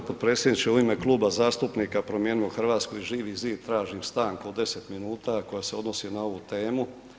Poštovani g. potpredsjedniče u ime Kluba zastupnika Promijenimo Hrvatsku i Živi zid tražim stanku od 10 minuta koja se odnosi na ovu temu.